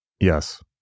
Yes